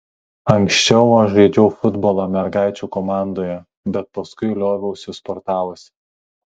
anksčiau aš žaidžiau futbolą mergaičių komandoje bet paskui lioviausi sportavusi